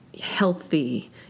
healthy